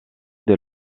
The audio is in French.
dès